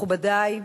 מכובדי,